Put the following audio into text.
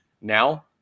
Now